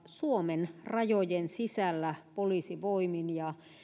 suomen rajojen sisällä poliisivoimin ja